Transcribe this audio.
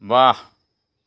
ৱাহ